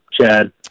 Chad